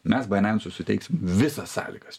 mes bainensui suteiksim visas sąlygas